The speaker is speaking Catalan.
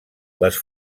les